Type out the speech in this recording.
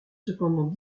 cependant